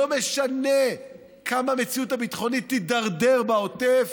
לא משנה כמה המציאות הביטחונית תידרדר בעוטף.